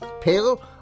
pill